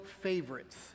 Favorites